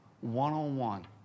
one-on-one